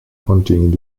hunting